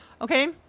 Okay